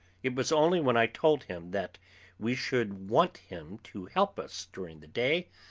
it was only when i told him that we should want him to help us during the day,